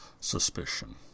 suspicion